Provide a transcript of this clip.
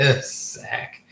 Sack